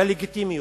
ללגיטימיות.